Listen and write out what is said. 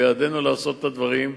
בידינו לעשות את הדברים.